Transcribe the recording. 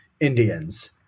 Indians